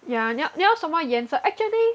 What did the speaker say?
ya 你要你要什么颜色 actually